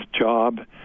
job